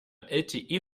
lte